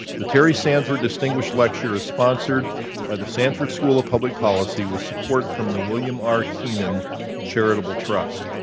the terry sanford distinguished lecture is sponsored by the sanford school of public policy, with support from the william r. kenan charitable trust.